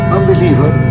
Unbeliever